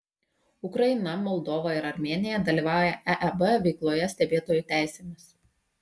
ukraina moldova ir armėnija dalyvauja eeb veikloje stebėtojų teisėmis